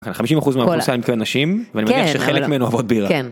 50% מהאוכלוסיה, אני מתכוון נשים, ואני מניח שחלק מהן אוהבות בירה.